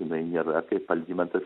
jinai nėra kaip algimantas